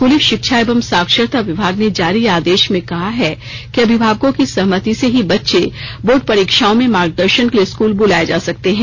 स्कूली शिक्षा एवं साक्षरता विभाग ने जारी आदेश में कहा है कि अभिभावकों की सहमति से ही बच्चे बोर्ड परीक्षाओं में मार्गदर्शन के लिए स्कूल बुलाए जा सकते हैं